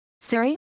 Siri